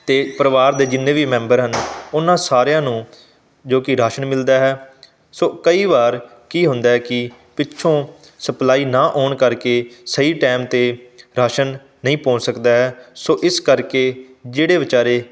ਅਤੇ ਪਰਿਵਾਰ ਦੇ ਜਿੰਨੇ ਵੀ ਮੈਂਬਰ ਹਨ ਉਹਨਾਂ ਸਾਰਿਆਂ ਨੂੰ ਜੋ ਕਿ ਰਾਸ਼ਨ ਮਿਲਦਾ ਹੈ ਸੋ ਕਈ ਵਾਰ ਕੀ ਹੁੰਦਾ ਹੈ ਕਿ ਪਿੱਛੋਂ ਸਪਲਾਈ ਨਾ ਆਉਣ ਕਰਕੇ ਸਹੀ ਟਾਈਮ 'ਤੇ ਰਾਸ਼ਨ ਨਹੀਂ ਪਹੁੰਚ ਸਕਦਾ ਹੈ ਸੋ ਇਸ ਕਰਕੇ ਜਿਹੜੇ ਵਿਚਾਰੇ